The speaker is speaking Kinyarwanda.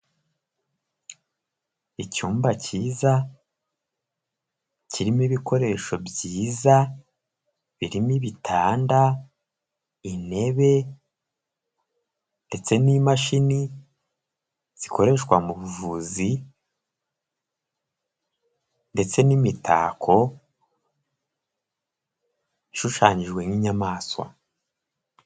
Icyumba cyiza kirimo ibikoresho byiza, birimo ibitanda, intebe ndetse n'imashini zikoreshwa mu buvuzi ndetse n'imitako ishushanyijwe nk'inyamaswa.